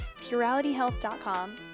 puralityhealth.com